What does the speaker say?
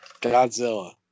Godzilla